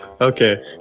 Okay